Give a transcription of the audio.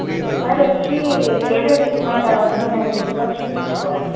ఒకసారి వచ్చి laser treatment అవన్నీ ఉన్నాయి వచ్చి చూపించుకోండి